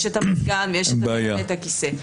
יש מזגן ויש כיסא,